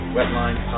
Wetline